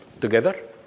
together